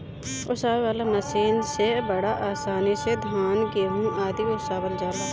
ओसावे वाला मशीन से बड़ा आसानी से धान, गेंहू आदि ओसावल जाला